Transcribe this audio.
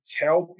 tell